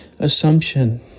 Assumption